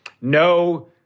no